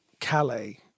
Calais